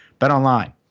Betonline